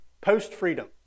post-freedom